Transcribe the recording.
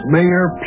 Mayor